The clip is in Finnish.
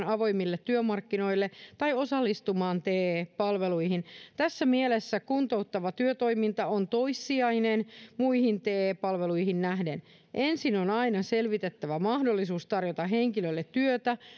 työllistymään avoimille työmarkkinoille tai osallistumaan te palveluihin tässä mielessä kuntouttava työtoiminta on toissijainen muihin te palveluihin nähden ja ensin on aina selvitettävä mahdollisuus tarjota henkilölle työtä